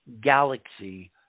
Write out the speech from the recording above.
galaxy